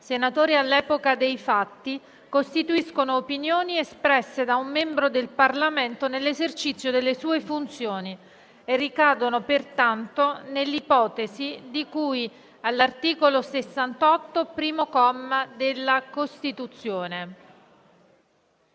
senatore all'epoca dei fatti, costituiscono opinioni espresse da un membro del Parlamento nell'esercizio delle sue funzioni e ricadono pertanto nell'ipotesi di cui all'articolo 68, primo comma, della Costituzione.